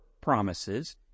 promises